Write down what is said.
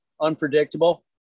unpredictable